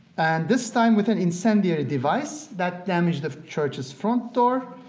and this time with an incendiary device that damaged the church's front door,